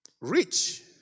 Rich